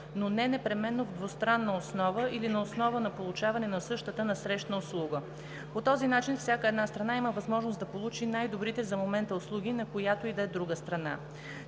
но не непременно на двустранна основа или на основа на получаване на същата насрещна услуга. По този начин всяка една страна има възможност да получи най-добрите за момента услуги на която и да е друга страна.